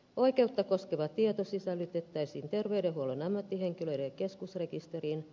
oikeutta koskeva tieto sisällytettäisiin terveydenhuollon ammattihenkilöiden keskusrekisteriin